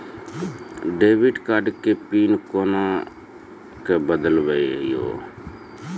Debit card के PIN कोना के बदलबै यो?